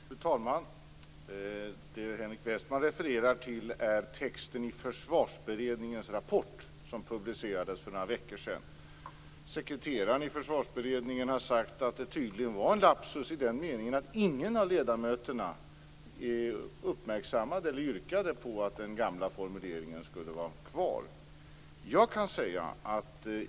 Fru talman! Det som Henrik Westman refererar till är texten i Försvarsberedningens rapport som publicerades för ett par veckor sedan. Sekreteraren i Försvarsberedningen har sagt att detta tydligen var en lapsus i den meningen att ingen av ledamöterna yrkade att den gamla formuleringen skulle vara kvar.